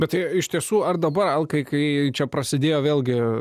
bet tai iš tiesų ar dabar alkai kai čia prasidėjo vėlgi